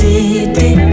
City